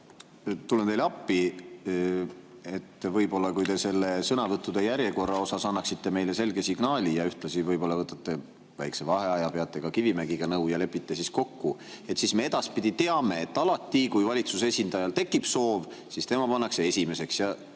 Tulen teile appi. Võib-olla, kui te selle sõnavõttude järjekorra kohta annaksite meile selge signaali ja ühtlasi võtaksite väikese vaheaja, peaksite ka Kivimägiga nõu ja lepiksite kokku, siis me edaspidi teaksime, et alati, kui valitsuse esindajal tekib soov, siis tema pannakse esimeseks, ja